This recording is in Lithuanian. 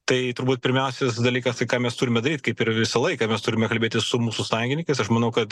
tai turbūt pirmiausias dalykas tai ką mes turime daryt kaip ir visą laiką mes turime kalbėtis su mūsų sąjungininkais aš manau kad